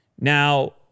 Now